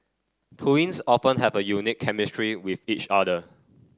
twins often have a unique chemistry with each other